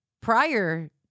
Prior